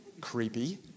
Creepy